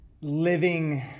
living